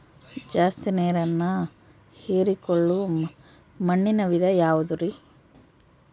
ಜಾಸ್ತಿ ನೇರನ್ನ ಹೇರಿಕೊಳ್ಳೊ ಮಣ್ಣಿನ ವಿಧ ಯಾವುದುರಿ?